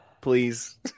please